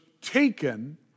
taken